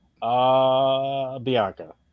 Bianca